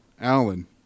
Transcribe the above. alan